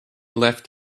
left